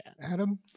Adam